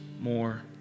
more